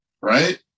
Right